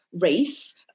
race